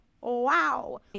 Wow